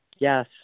Yes